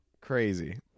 Crazy